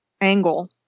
angle